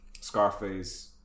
Scarface